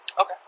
Okay